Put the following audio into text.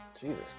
Jesus